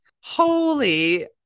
holy